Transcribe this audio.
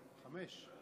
חמש.